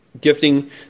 gifting